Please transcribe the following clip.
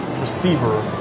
receiver